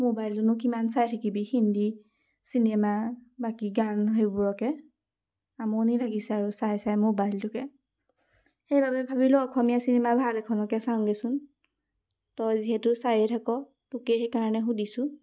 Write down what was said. মোবাইলনো কিমান চাই থাকিবি হিন্দী চিনেমা বাকী গান সেইবোৰকে আমনি লাগিছে আৰু চাই চাই মোবাইলটোকে সেইবাবে ভাবিলোঁ অসমীয়া চিনেমা ভাল এখনকে চাওঁগৈচোন তই যিহেতু চায়ে থাক তোকেই সেইকাৰণে সুধিছোঁ